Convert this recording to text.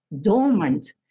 dormant